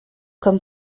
comme